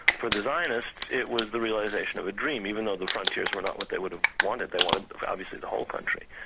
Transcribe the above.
for the zionists it was the realisation of a dream, even though the frontiers were not what they would have wanted, they wanted, obviously, the whole country.